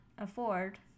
afford